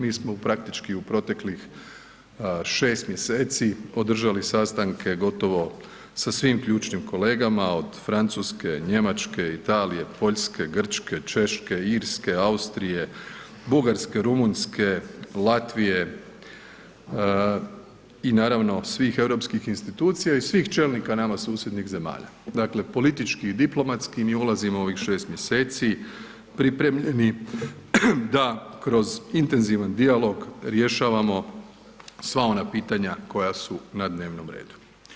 Mi smo praktički u proteklih šest mjeseci održali sastanke gotovo sa svim ključnim kolegama od Francuske, Njemačke, Italije, Poljske, Grčke, Češke, Irske, Austrije, Bugarske, Rumunjske, Latvije i naravno svih europskih institucija i svih čelnika nama susjednih zemalja, dakle politički i diplomatski mi ulazimo u ovih šest mjeseci pripremljeni da kroz intenzivan dijalog rješavamo sva ona pitanja koja su na dnevnom redu.